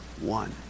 one